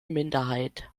minderheit